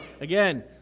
Again